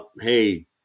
Hey